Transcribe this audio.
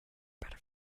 better